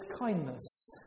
kindness